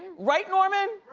right, norman?